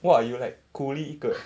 !wah! you like coolie 一个